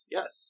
Yes